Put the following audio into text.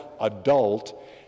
adult